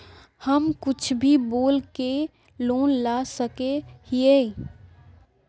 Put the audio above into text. हम कुछ भी बोल के लोन ला सके हिये?